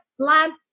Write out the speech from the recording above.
Plant